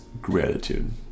gratitude